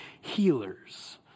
healers